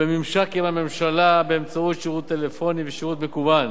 ובממשק עם הממשלה באמצעות שירות טלפוני ושירות מקוון.